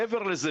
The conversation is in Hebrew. מעבר לזה,